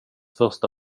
första